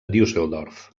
düsseldorf